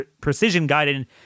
precision-guided